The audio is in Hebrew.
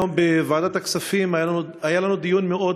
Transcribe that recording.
היום בוועדת הכספים היה לנו דיון מאוד